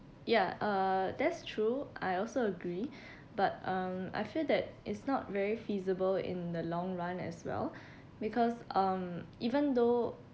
ya uh that's true I also agree but um I feel that it's not very feasible in the long run as well because um even though